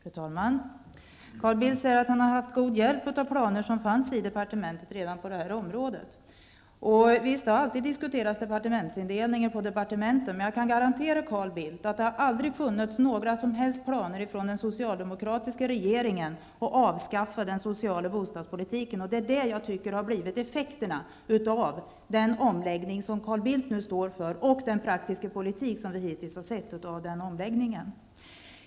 Fru talman! Carl Bildt säger att han har haft god hjälp av planer som redan fanns i departementet på det här området. Visst, det har alltid diskuterats departementsindelningar på departementen, men jag kan garantera Carl Bildt att det aldrig har funnits några som helst planer hos den socialdemokratiska regeringen på att avskaffa den sociala bostadspolitiken. Jag tycker att detta har blivit effekterna av den omläggning som Carl Bildt nu står för och av den praktiska politik som vi hittills har sett som följd av den omläggningen.